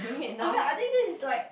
I mean I think this is like